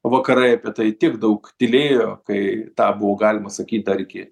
vakarai apie tai tiek daug tylėjo kai tą buvo galima sakyt dar iki